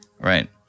Right